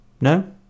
No